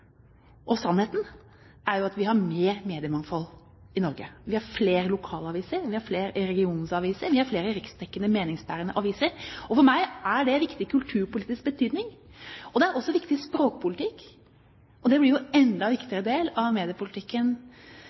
mediepolitikken. Sannheten er jo at vi har mer mediemangfold i Norge, vi har flere lokalaviser, vi har flere regionaviser, vi har flere riksdekkende meningsbærende aviser, og for meg er det av viktig kulturpolitisk betydning. Det er også viktig språkpolitikk, og det blir en enda viktigere del av mediepolitikken